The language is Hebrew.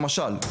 למשל,